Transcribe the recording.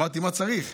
אמרתי מה צריך.